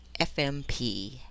FMP